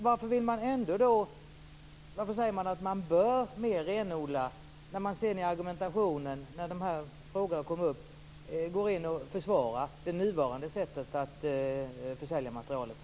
Varför säger man då att man bör renodla mer, när man sedan i argumentationen går in och försvarar det nuvarande sättet att försälja materielen?